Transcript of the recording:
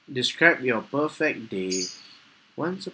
describe your perfect day once